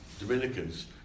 Dominicans